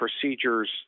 procedures